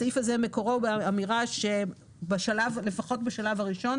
מקורו של הסעיף הזה באמירה שלפחות בשלב הראשון